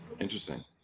Interesting